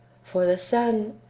for the son,